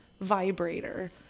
vibrator